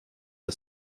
are